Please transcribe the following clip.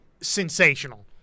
sensational